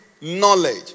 knowledge